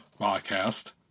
podcast